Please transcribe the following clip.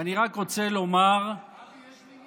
ואני רק רוצה לומר, אבי, יש מניין.